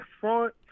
front